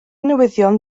newyddion